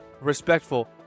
respectful